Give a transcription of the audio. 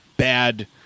Bad